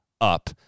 up